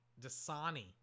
Dasani